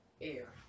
air